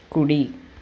కుడి